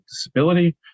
disability